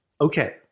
Okay